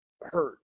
hurt